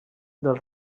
del